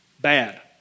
Bad